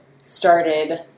started